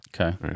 Okay